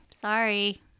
Sorry